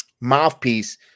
mouthpiece